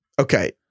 Okay